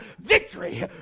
victory